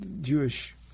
Jewish